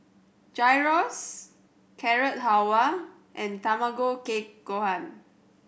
Gyros Carrot Halwa and Tamago Kake Gohan